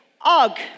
Og